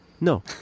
No